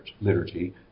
liturgy